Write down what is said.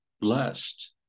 blessed